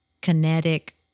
kinetic